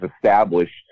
established